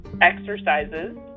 exercises